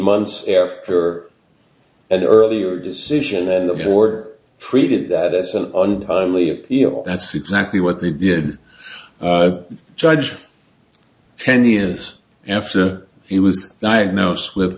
months after and earlier decision and the order predicted that it's an untimely appeal that's exactly what they did judge ten years after he was diagnosed with